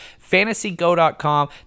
fantasygo.com